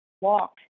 walk